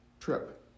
trip